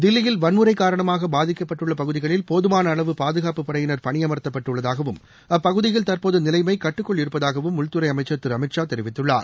தில்லியில் வன்முறை காரணமாக பாதிக்கப்பட்டுள்ள பகுதிகளில் போதுமாள அளவு பாதுகாப்புப் படையினர் பணியமர்த்தப்பட்டு உள்ளதாகவும் அப்பகுதியில் தற்போது நிலைமை கட்டுக்குள் இருப்பதாகவும் உள்துறை அமைச்சர் திரு அமித் ஷா தெரிவித்துள்ளார்